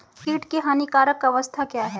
कीट की हानिकारक अवस्था क्या है?